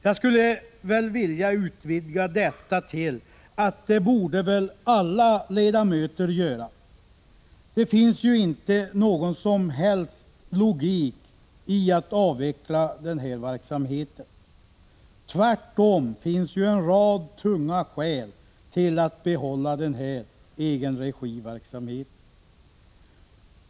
Jag skulle vilja utvidga detta och säga att alla ledamöter borde säga nej. Det finns inte någon som helst logik i resonemanget om att avveckla den här verksamheten. Tvärtom finns det en rad tunga skäl för att behålla egenregiverksamheten.